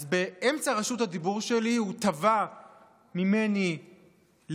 אז באמצע רשות הדיבור שלי הוא תבע ממני להתנצל,